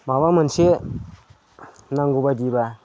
माबा मोनसे नांगौ बायदिब्ला